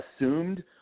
Assumed